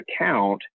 account